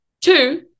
two